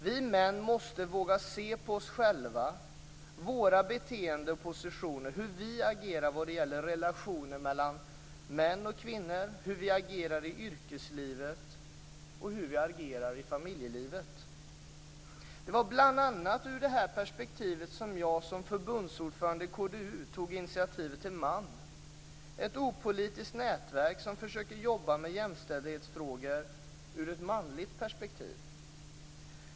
Vi män måste våga se på oss själva, våra beteenden och positioner, hur vi agerar vad det gäller relationer mellan män och kvinnor, hur vi agerar i yrkeslivet och hur vi agerar i familjelivet. Det var bl.a. ur det här perspektivet som jag som förbundsordförande i KDU tog initiativet till MAN, ett opolitiskt nätverk som försöker jobba med jämställdhetsfrågor ur ett manligt perspektiv.